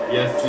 Yes